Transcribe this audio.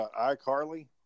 iCarly